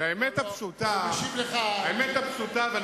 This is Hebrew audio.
והאמת פשוטה.